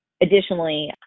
Additionally